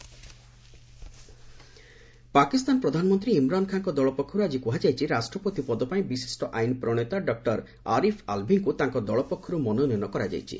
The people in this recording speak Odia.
ପାକ୍ ପ୍ରେସିଡେଣ୍ଟ ନୋମିନେସନ୍ ପାକିସ୍ତାନ ପ୍ରଧାନମନ୍ତ୍ରୀ ଇମ୍ରାନ୍ ଖାଁଙ୍କ ଦଳ ପକ୍ଷରୁ ଆଜି କୁହାଯାଇଛି ରାଷ୍ଟ୍ରପତି ପଦପାଇଁ ବିଶିଷ୍ଟ ଆଇନ ପ୍ରଶେତା ଡକ୍କର ଆରିଫ୍ ଆଲ୍ଭିଙ୍କୁ ତାଙ୍କ ଦଳ ପକ୍ଷରୁ ମନୋନୟନ କରାଯାଇଛି